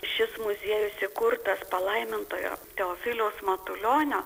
šis muziejus įkurtas palaimintojo teofiliaus matulionio